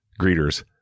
greeters